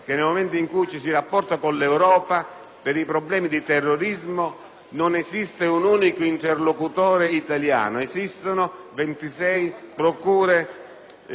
per i problemi di terrorismo non esiste un unico interlocutore italiano, ma esistono 26 procure distrettuali.